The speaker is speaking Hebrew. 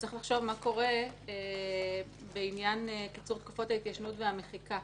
צריך לחשוב מה קורה בעניין קיצור תקופת ההתיישנות והמחיקה,